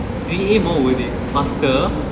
three a more worth it faster